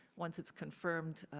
once it's confirmed